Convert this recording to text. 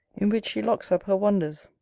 in which she locks up her wonders.